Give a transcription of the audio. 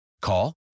Call